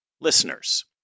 Listeners